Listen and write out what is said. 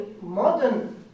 modern